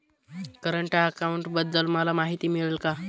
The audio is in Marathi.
करंट अकाउंटबद्दल मला माहिती मिळेल का?